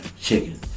Chicken